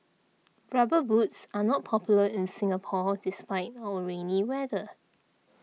rubber boots are not popular in Singapore despite our rainy weather